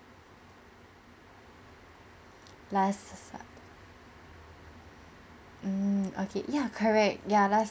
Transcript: last sat~ mm okay ya correct last